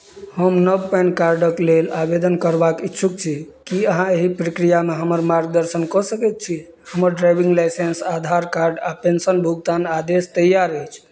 हम नव पैन कार्डक लेल आवेदन करबाक इच्छुक छी की अहाँ एहि प्रक्रियामे हमर मार्गदर्शन कऽ सकैत छी हमर ड्राइविंग लाइसेंस आधार कार्ड आ पेंशन भुगतान आदेश तैयार अछि